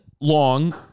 Long